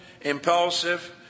impulsive